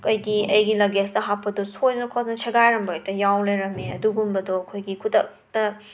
ꯑꯩꯈꯣꯏꯒꯤ ꯑꯩꯒꯤ ꯂꯒꯦꯁꯇ ꯍꯥꯞꯄꯗꯨ ꯁꯣꯏꯗꯅ ꯈꯣꯠꯇꯅ ꯁꯦꯒꯥꯏꯔꯝꯕ ꯍꯦꯛꯇ ꯌꯥꯎ ꯂꯩꯔꯝꯃꯦ ꯑꯗꯨꯒꯨꯝꯕꯗꯨ ꯑꯩꯈꯣꯏꯒꯤ ꯈꯨꯗꯛꯇ